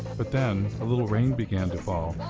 but then, a little rain began to fall.